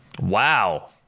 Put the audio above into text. Wow